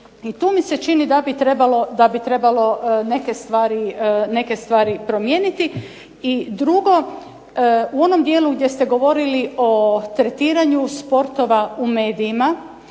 I tu mi se čini da bi trebalo neke stvari promijeniti. I drugo, u onom dijelu gdje ste govorili o tretiranju sportova u medijima,